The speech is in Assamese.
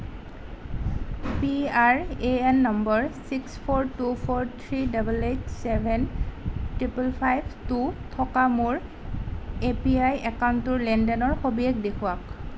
P R A N number six four two four three double eight seven triple five two থকা মোৰ এ পি ৱাই একাউণ্টটোৰ লেনদেনৰ সবিশেষ দেখুৱাওক